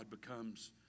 becomes